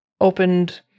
opened